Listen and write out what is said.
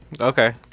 Okay